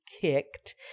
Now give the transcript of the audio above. kicked